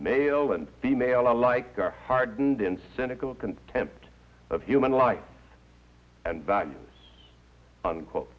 male and female alike are hardened in cynical contempt of human life and values unquote